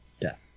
death